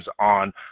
on